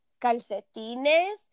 calcetines